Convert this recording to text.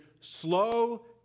slow